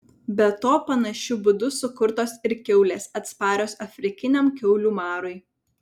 be to panašiu būdu sukurtos ir kiaulės atsparios afrikiniam kiaulių marui